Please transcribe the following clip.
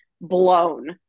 blown